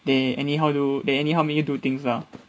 they anyhow do they anyhow make you do things lah